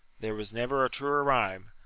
there was never a truer rhyme.